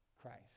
Christ